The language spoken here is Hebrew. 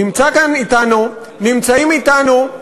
נמצא כאן אתנו, נמצאים אתנו,